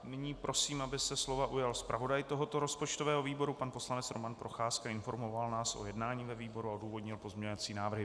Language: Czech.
Nyní prosím, aby se slova ujal zpravodaj tohoto rozpočtového výboru pan poslanec Roman Procházka, informoval nás o jednání ve výboru a odůvodnil pozměňovací návrhy.